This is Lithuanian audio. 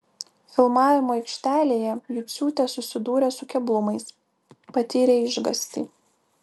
filmavimo aikštelėje juciūtė susidūrė su keblumais patyrė išgąstį